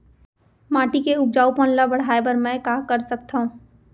माटी के उपजाऊपन ल बढ़ाय बर मैं का कर सकथव?